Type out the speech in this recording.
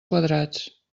quadrats